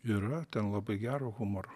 yra ten labai gero humoro